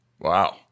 Wow